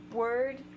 word